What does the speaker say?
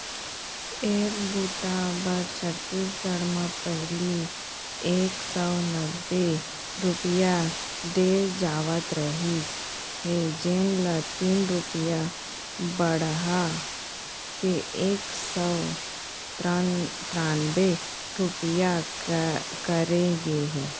ए बूता बर छत्तीसगढ़ म पहिली एक सव नब्बे रूपिया दे जावत रहिस हे जेन ल तीन रूपिया बड़हा के एक सव त्रान्बे रूपिया करे गे हे